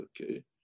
okay